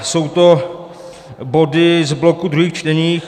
Jsou to body z bloku druhých čtení.